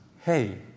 hey